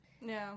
No